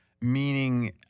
meaning